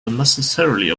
unnecessarily